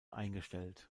eingestellt